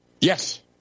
Yes